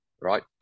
right